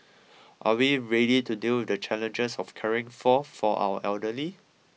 are we ready to deal with the challenges of caring for for our elderly